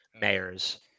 mayors